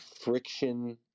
friction